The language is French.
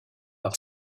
par